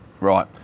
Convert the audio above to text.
right